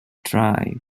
drive